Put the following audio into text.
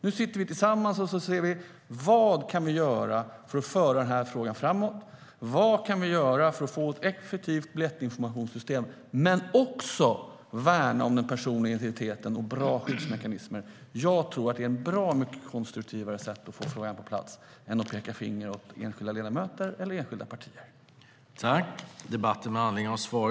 Nu sitter vi tillsammans och ser vad vi kan göra för att föra den här frågan framåt och få ett effektivt biljettinformationssystem men också värna om den personliga integriteten och bra skyddsmekanismer. Jag tror att det är ett bra mycket konstruktivare sätt att få frågan på plats än att peka finger åt enskilda ledamöter eller partier.